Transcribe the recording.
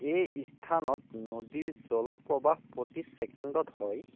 এই স্থানত নদীৰ জলপ্ৰবাহ প্ৰতি ছেকেণ্ডত হয়